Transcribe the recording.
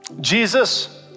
Jesus